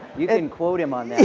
you can quote him on